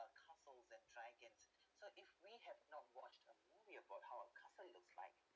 a castles and dragon so if we have not watched a movie about how a castle looks like